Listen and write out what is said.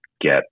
get